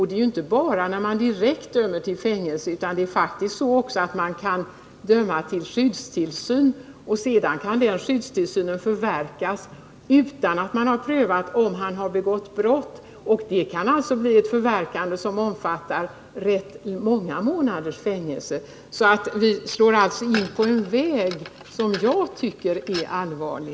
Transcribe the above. Det är faktiskt också så att domstolen kan döma till skyddstillsyn, och sedan kan den förverkas utan att man har prövat om vederbörande har begått brott. Och det kan bli ett förverkande som omfattar rätt många månaders fängelse. Vi slår alltså här in på en väg som jag tycker är farlig.